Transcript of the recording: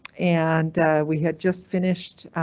and we had just finished.